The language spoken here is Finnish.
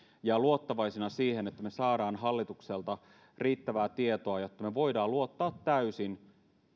ja luottavaisina siihen että me saamme hallitukselta riittävää tietoa jotta me voimme luottaa täysin